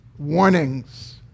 Warnings